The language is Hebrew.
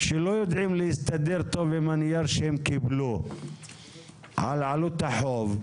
שלא יודעים להסתדר טוב עם הנייר שהם קיבלו לגבי עלות החוב,